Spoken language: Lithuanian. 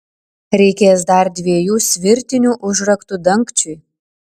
reikės dar dviejų svirtinių užraktų dangčiui